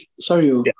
sorry